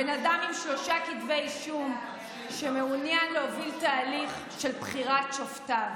בן אדם עם שלושה כתבי אישום שמעוניין להוביל תהליך של בחירת שופטיו.